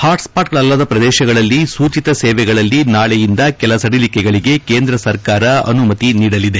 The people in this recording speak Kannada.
ಹಾಟ್ಸ್ಟಾಟ್ಗಳಲ್ಲದ ಪ್ರದೇಶಗಳಲ್ಲಿ ಸೂಚಿತ ಸೇವೆಗಳಲ್ಲಿ ನಾಳೆಯಿಂದ ಕೆಲ ಸಡಿಲಿಕೆಗಳಿಗೆ ಕೇಂದ್ರ ಸರ್ಕಾರ ಅನುಮತಿ ನೀಡಲಿದೆ